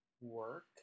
work